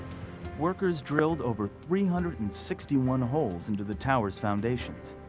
workers drilled over three hundred and sixty one holes into the tower's foundations.